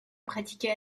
pratiquait